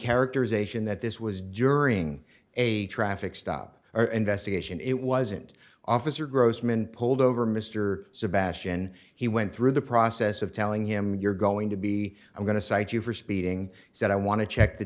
characterization that this was during a traffic stop or investigation it wasn't officer grossman pulled over mr sebastian he went through the process of telling him you're going to be i'm going to cite you for speeding he said i want to check the